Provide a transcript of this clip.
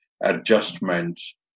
adjustments